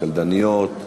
לקלדניות,